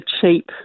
cheap